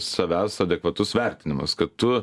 savęs adekvatus vertinimas kad tu